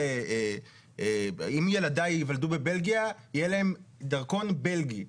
אם ילדיי ייוולדו בבלגיה, יהיה להם דרכון בלגי.